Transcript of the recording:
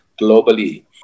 globally